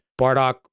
Bardock